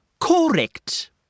Correct